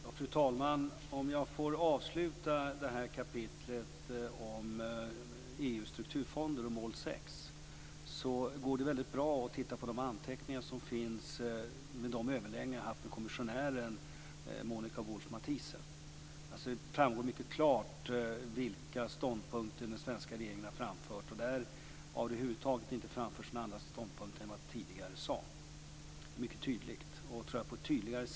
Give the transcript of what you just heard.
Fru talman! Låt mig avsluta kapitlet om EU:s strukturfonder och mål 6. Det går bra att titta på de anteckningar som finns från de överläggningar jag har haft med kommissionären Monika Wulf-Mathies. Där framgår mycket klart vilka ståndpunkter den svenska regeringen har framfört. Det har över huvud taget inte framförts några andra ståndpunkter än de jag har sagt tidigare.